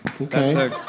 okay